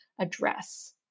address